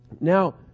now